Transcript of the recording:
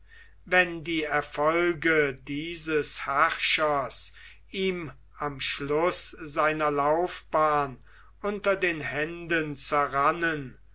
wenn die erfolge dieses herrschers ihm am schluß seiner laufbahn unter den händen zerrannen